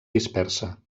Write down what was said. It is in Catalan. dispersa